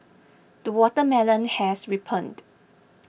the watermelon has ripened